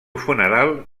funeral